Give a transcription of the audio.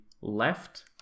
left